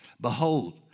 Behold